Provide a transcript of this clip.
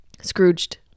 Scrooged